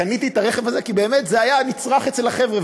קניתי את הרכב הזה כי באמת זה היה נצרך אצל החבר'ה,